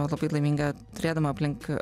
labai laiminga turėdama aplink